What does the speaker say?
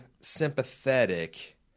sympathetic